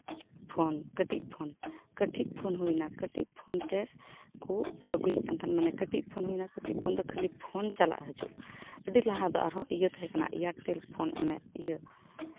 phone ᱠᱟᱹᱴᱤᱡ phone ᱠᱟᱹᱴᱤᱡ phone ᱦᱩᱭᱱᱟ ᱠᱟᱹᱴᱤᱡ ᱯᱷᱳᱱ ᱛᱮ ᱠᱚ ᱟᱹᱜᱩᱭᱮᱫ ᱠᱟᱱ ᱛᱟᱦᱮᱱ ᱢᱟᱱᱮ ᱠᱟᱹᱴᱤᱡ ᱯᱷᱳᱱ ᱦᱩᱭᱱᱟ ᱠᱟᱹᱴᱤᱡ ᱯᱷᱳᱱ ᱫᱚ ᱠᱷᱟᱹᱞᱤ ᱯᱷᱳᱱ ᱪᱟᱞᱟᱜ ᱦᱟᱡᱩᱜ ᱟᱹᱰᱤ ᱞᱟᱦᱟ ᱫᱚ ᱟᱨᱦᱚᱸ ᱤᱭᱟᱹ ᱛᱟᱦᱮᱸᱠᱟᱱᱟ ᱮᱭᱟᱨᱴᱮᱞ ᱯᱷᱳᱱ ᱚᱱᱮ ᱤᱭᱟᱹ